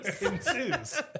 ensues